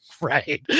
right